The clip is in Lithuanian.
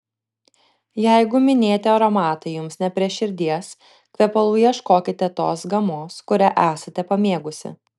jeigu minėti aromatai jums ne prie širdies kvepalų ieškokite tos gamos kurią esate pamėgusi